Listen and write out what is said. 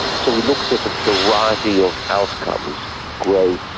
so we looked at a variety of outcomes growth,